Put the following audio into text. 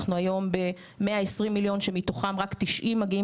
אנחנו היום ב-120 מיליון שמתוכם רק 90 מגיעים